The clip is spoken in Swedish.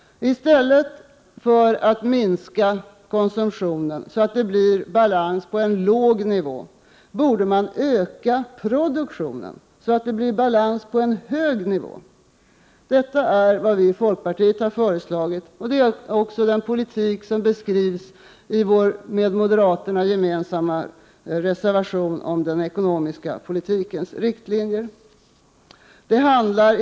I stället för att minska konsumtionen, så att det blir balans på låg nivå, borde man öka produktionen, så att det blir balans på hög nivå. Det är vad vi i folkpartiet har föreslagit. Den politiken beskrivs också i den reservation om den ekonomiska politikens riktlinjer som vi har gemensam med moderaterna.